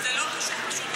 וזה לא קשור בשום,